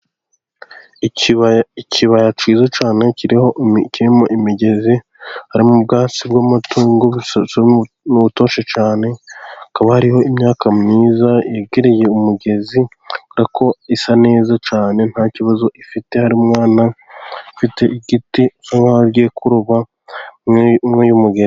Ikibaya kiza cyane, kiriho imigezi, harimo ubwatsi bw'amatungo butoshye cyane, hakaba hari imyaka myiza yegereye umugezi, kuko isa neza cyane, nta kibazo ifite, hari umwana ufite igiti, usa nk'aho agiye kuroba muri uyu mugezi.